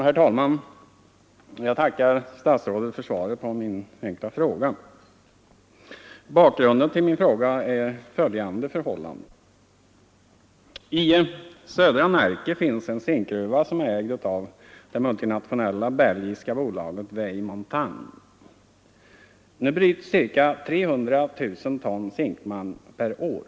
Herr talman! Jag tackar statsrådet för svaret på min enkla fråga. Bakgrunden till frågan är följande förhållanden. I södra Närke finns en zinkgruva som är ägd av det multinationella belgiska bolaget Vieille Montagne. Nu bryts ca 300 000 ton zinkmalm per år.